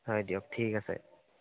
হয় দিয়ক ঠিক আছে